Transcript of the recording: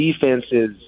defenses